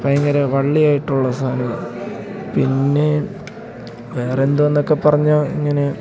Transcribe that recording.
ഭയങ്കര വള്ളിയായിട്ടുള്ളൊരു സാധനമാണ് പിന്നെ വേറെന്തുവായെന്നൊക്കെ പറഞ്ഞാൽ ഇങ്ങനെ